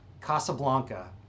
Casablanca